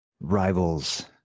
rivals